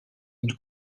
une